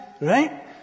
right